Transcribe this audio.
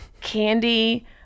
candy